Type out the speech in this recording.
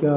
त्या